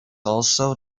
also